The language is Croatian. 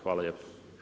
Hvala lijepo.